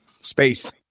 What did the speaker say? space